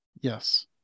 yes